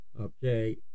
Okay